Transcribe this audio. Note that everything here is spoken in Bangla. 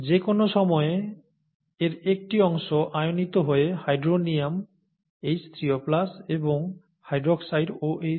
যেকোনো সময়ে এর একটি অংশ আয়নিত হয়ে হাইড্রোনিয়াম H3O এবং হাইড্রোক্সাইড OH দেয়